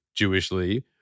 Jewishly